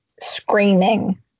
screaming